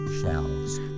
shelves